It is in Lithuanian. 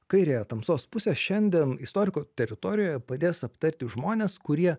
kairė tamsos pusė šiandien istorikų teritorijoje padės aptarti žmonės kurie